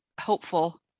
hopeful